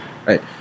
Right